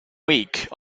week